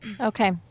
Okay